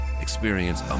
Experience